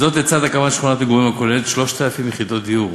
לצד הקמת שכונת מגורים הכוללת 3,000 יחידות דיור,